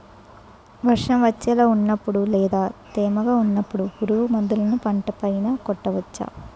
వర్షం వచ్చేలా వున్నపుడు లేదా తేమగా వున్నపుడు పురుగు మందులను పంట పై కొట్టవచ్చ?